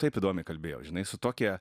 taip įdomiai kalbėjo žinai su tokia